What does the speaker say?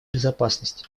безопасность